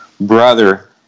brother